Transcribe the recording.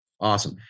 awesome